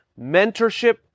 mentorship